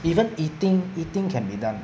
even eating eating can be done